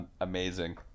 Amazing